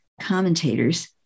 commentators